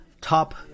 top